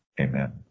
amen